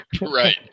right